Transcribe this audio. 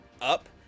up